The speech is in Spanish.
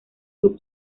club